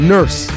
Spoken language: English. Nurse